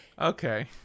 Okay